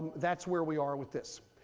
that's where we are with this.